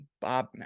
Bob